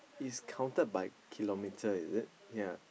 is counted by kilometer is it yea